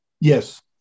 Yes